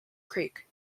creek